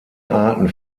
arten